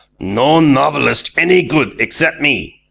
no novelists any good except me.